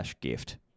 gift